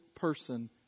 person